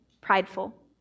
prideful